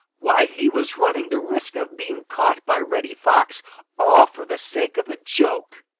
why, he was running the risk of being caught by reddy fox all for the sake of a joke.